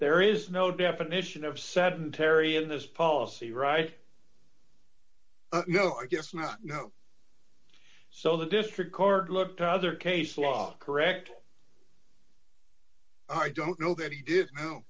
there is no definition of satin terry in this policy right no i guess not no so the district court looked at other case law correct i don't know that he did